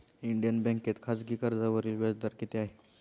Indian बँकेत खाजगी कर्जावरील व्याजदर किती आहे?